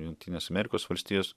jungtinės amerikos valstijos